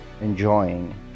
enjoying